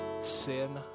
sin